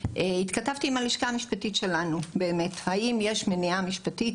התכתבתי עם הלשכה המשפטית שלנו: האם יש מניעה משפטית,